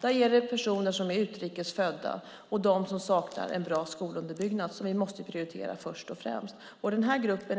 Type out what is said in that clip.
Det är personer som är utrikes födda och personer som saknar en bra skolunderbyggnad. Det är dem vi måste prioritera först och främst. Denna grupp är